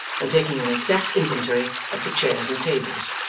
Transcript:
and taking an exact inventory of the chairs and tables.